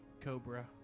Cobra